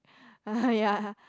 uh ya